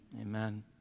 amen